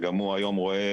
שגם הוא היום רואה